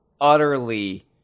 utterly